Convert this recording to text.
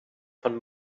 von